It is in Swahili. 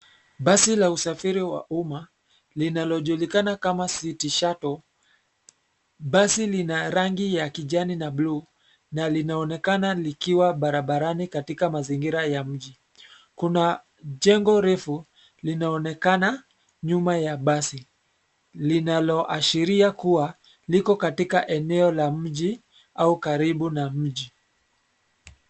Basi la usafiri wa umma, linalojulikana kama City Shuttle , basi lina rangi ya kijani na bluu, na linaonekana likiwa barabarani katika mazingira ya mji, kuna, jengo refu, linaonekana, nyuma ya basi, linaloashiria kuwa, liko katika eneo la mji, au karibu na mji.